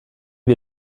wir